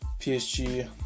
PSG